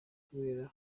kubera